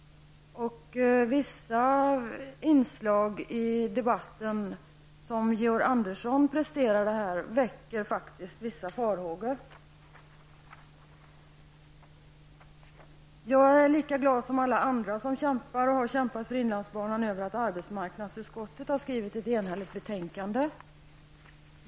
Vissa av de inslag i debatten som Georg Andersson presterade väcker faktiskt vissa farhågor. Jag är lika glad som alla andra som har kämpat och som fortfarande kämpar för inlandsbanan över arbetsmarknadsutskottets enhälliga betänkande.